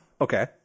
Okay